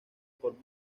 por